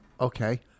Okay